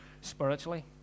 spiritually